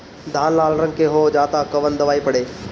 धान लाल रंग के हो जाता कवन दवाई पढ़े?